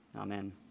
Amen